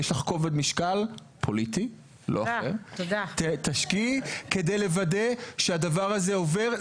יש לך כובד משקל פוליטי תשקיעי כדי לוודא שהדבר הזה עובר.